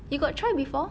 you got try before